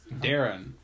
Darren